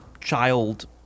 child